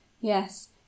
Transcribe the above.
yes